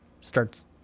starts